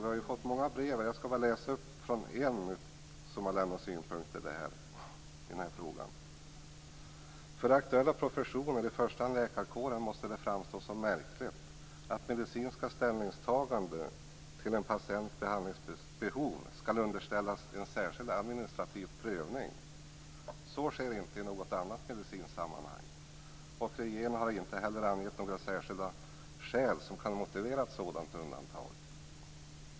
Jag har fått många brev och jag skall läsa upp ett av dem där det lämnas synpunkter i den här frågan: För aktuella professioner - i första hand läkarkåren - måste det framstå som märkligt att medicinska ställningstaganden till en patients behandlingsbehov skall underställas en särskild administrativ prövning. Så sker inte i något annat medicinskt sammanhang. Och regeringen har inte heller angett några särskilda skäl som kan motivera ett sådant undantag.